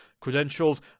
credentials